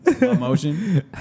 emotion